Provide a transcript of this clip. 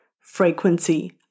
frequency